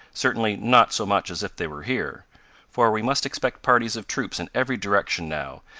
certainly not so much as if they were here for we must expect parties of troops in every direction now,